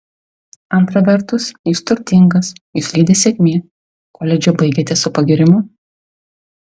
antra vertus jūs turtingas jus lydi sėkmė koledžą baigėte su pagyrimu